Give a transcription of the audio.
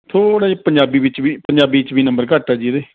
ਥੋੜ੍ਹੇ ਜਿਹੇ ਪੰਜਾਬੀ ਵਿੱਚ ਵੀ ਪੰਜਾਬੀ 'ਚ ਵੀ ਨੰਬਰ ਘੱਟ ਹੈ ਜੀ ਇਹਦੇ